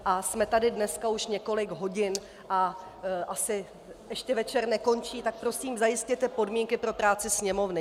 A jsme tu dnes už několik hodin a asi ještě večer nekončí, tak prosím, zajistěte podmínky pro práci Sněmovny.